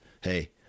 Hey